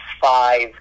five